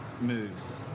moves